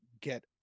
get